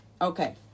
Okay